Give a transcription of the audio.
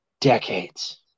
decades